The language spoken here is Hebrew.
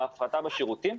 ההפרטה בשירותים.